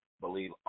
believe